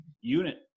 unit